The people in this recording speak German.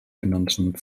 finanzen